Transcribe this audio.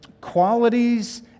qualities